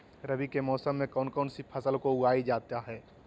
रवि के मौसम में कौन कौन सी फसल को उगाई जाता है?